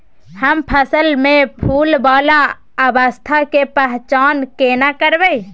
हम फसल में फुल वाला अवस्था के पहचान केना करबै?